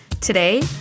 Today